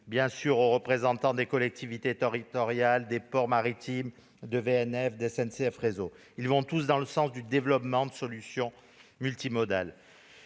Conseil aux représentants des collectivités territoriales, des ports maritimes, de VNF, de SNCF Réseau, vont tous dans le sens du développement de solutions multimodales.